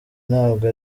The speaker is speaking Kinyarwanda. ntabwo